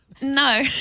no